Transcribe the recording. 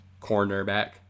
Cornerback